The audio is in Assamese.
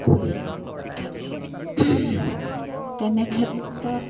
কৰি থাকে তেনেক্ষেত্ৰত